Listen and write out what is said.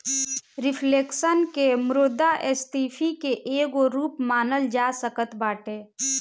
reflection के मुद्रास्फीति के एगो रूप मानल जा सकत बाटे